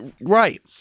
right